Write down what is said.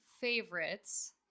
favorites